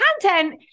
content